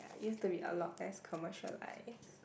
it used to be a lot less commercialised